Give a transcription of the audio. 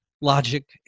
logic